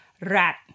rat